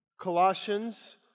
Colossians